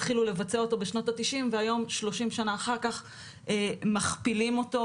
התחילו לבצע אותו בשנות התשעים והיום שלושים שנה אחר כך מכפילים אותו,